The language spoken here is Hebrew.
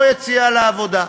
או יציאה לעבודה.